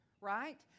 right